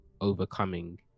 overcoming